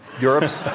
europe's